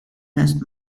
has